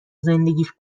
زندگیش